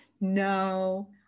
no